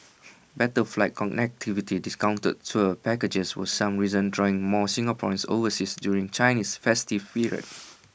better flight connectivity discounted tour packages were some reasons drawing more Singaporeans overseas during Chinese festive period